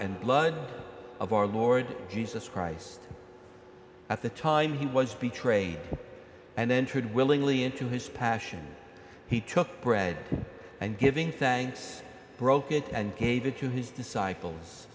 and blood of our lord jesus christ at the time he was betrayed and entered willingly into his passion he took bread and giving thanks broke it and gave it to his disciples